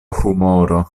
humoro